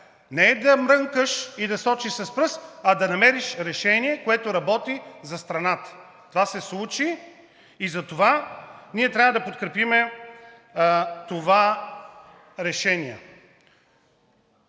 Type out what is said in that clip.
Не да мрънкаш и да сочиш с пръст, а да намериш решение, което работи за страната! Това се случи и затова ние трябва да подкрепим това решение.